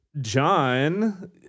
John